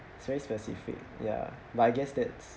it's very specific ya but I guess that's